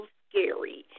scary